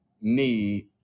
need